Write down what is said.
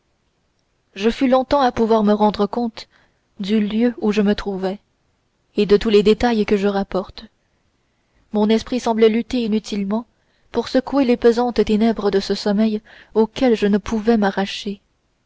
je fus longtemps à pouvoir me rendre compte du lieu où je me trouvais et de tous les détails que je rapporte mon esprit semblait lutter inutilement pour secouer les pesantes ténèbres de ce sommeil auquel je ne pouvais m'arracher